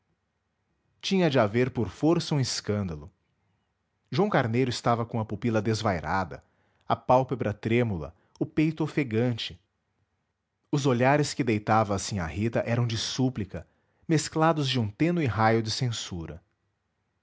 tinha de haver por força um escândalo joão carneiro estava com a pupila desvairada a pálpebra trêmula o peito ofegante os olhares que deitava a sinhá rita eram de súplica mesclados de um tênue raio de censura